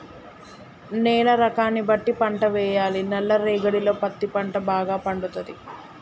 నేల రకాన్ని బట్టి పంట వేయాలి నల్ల రేగడిలో పత్తి పంట భాగ పండుతది